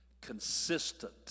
consistent